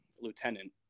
lieutenant